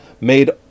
made